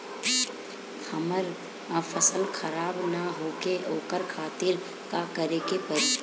हमर फसल खराब न होखे ओकरा खातिर का करे के परी?